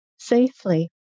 Safely